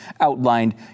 outlined